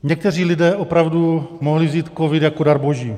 Někteří lidé opravdu mohli vzít covid jako dar boží.